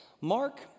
Mark